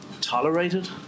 tolerated